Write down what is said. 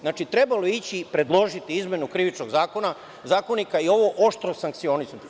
Znači, trebalo je ići i predložiti izmenu Krivičnog zakonika i ovo oštro sankcionisati.